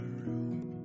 room